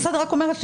בסדר, אני רק אומרת.